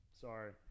Sorry